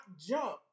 jump